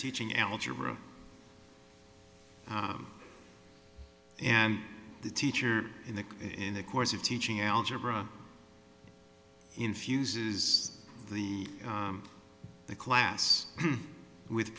teaching algebra and the teacher in the in the course of teaching algebra infuses the the class with